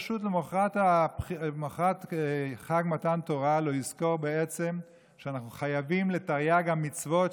פשוט למוחרת חג מתן תורה לא יזכור בעצם שאנחנו מחויבים לתרי"ג המצוות,